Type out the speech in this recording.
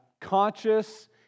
conscious